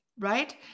Right